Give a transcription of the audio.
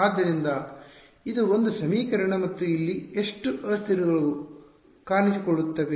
ಆದ್ದರಿಂದ ಇದು ಒಂದು ಸಮೀಕರಣ ಮತ್ತು ಇಲ್ಲಿ ಎಷ್ಟು ಅಸ್ಥಿರಗಳು ಕಾಣಿಸಿಕೊಳ್ಳುತ್ತವೆ